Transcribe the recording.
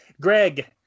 Greg